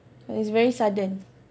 oh it's very sudden